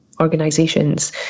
organizations